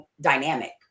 dynamic